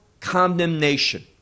condemnation